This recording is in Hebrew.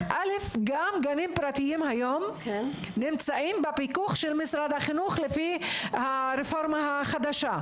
גם גנים פרטיים נמצאים היום בפיקוח של משרד החינוך לפי הרפורמה החדשה.